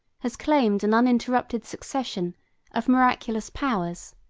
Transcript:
has claimed an uninterrupted succession of miraculous powers,